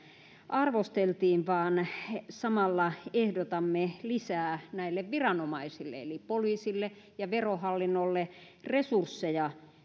arvosteltiin vaan samalla ehdotamme näille viranomaisille eli poliisille ja verohallinnolle lisää resursseja